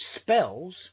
spells